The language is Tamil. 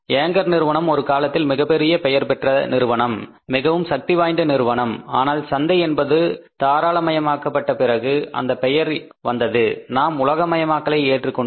ஏங்கர் நிறுவனம் ஒரு காலத்தில் மிகப்பெரிய பெயர் பெற்ற நிறுவனம் மிகவும் சக்திவாய்ந்த நிறுவனம் ஆனால் சந்தை என்பது தாராளமயம் ஆக்கப்பட்டபிறகுதான் இந்தப் பெயர் வந்தது நாம் உலகமயமாக்கலை ஏற்றுக்கொண்டோம்